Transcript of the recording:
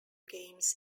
games